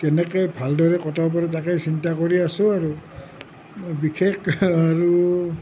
কেনেকে ভালদৰে কটাব পাৰি তাকে চিন্তা কৰি আছো আৰু বিশেষকে আৰু